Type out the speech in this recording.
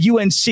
UNC